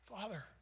Father